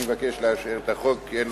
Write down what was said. אני מבקש לאשר את החוק כי אין לו התנגדויות.